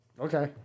Okay